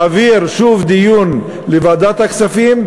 להעביר שוב לדיון לוועדת הכספים,